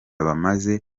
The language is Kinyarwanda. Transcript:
bamaze